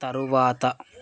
తరువాత